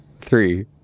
three